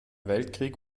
weltkrieg